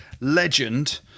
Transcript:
legend